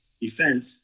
defense